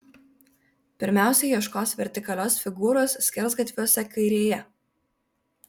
pirmiausia ieškos vertikalios figūros skersgatviuose kairėje